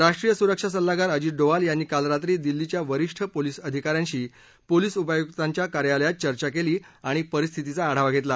राष्ट्रीय सुरक्षा सल्लागार अजित डोवाल यांनी काल रात्री दिल्लीच्या वरीष्ठ पोलीस अधिकाऱ्यांशी पोलीस उपायुकांच्या कार्यालयात चर्चा केली आणि परिस्थितीचा आढावा घेतला